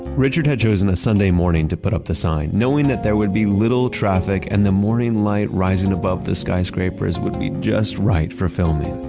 richard had chosen a sunday morning to put up the sign, knowing that there would be little traffic, and the morning light rising above the skyscrapers would be just right for filming.